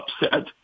upset